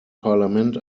parlament